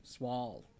swall